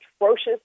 atrocious